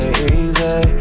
Easy